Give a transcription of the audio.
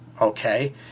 okay